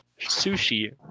sushi